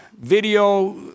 video